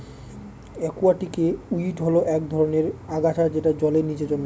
একুয়াটিকে উইড হল এক ধরনের আগাছা যেটা জলের নীচে জন্মায়